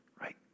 right